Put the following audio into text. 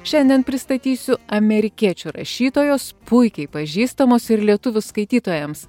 šiandien pristatysiu amerikiečių rašytojos puikiai pažįstamos ir lietuvių skaitytojams